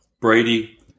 Brady